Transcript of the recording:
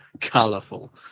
colourful